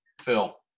Phil